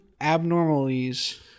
abnormalities